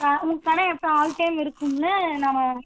கடை எப்போது all time இருக்கும்லை நாங்கள்